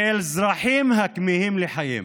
כאל אזרחים הכמהים לחיים.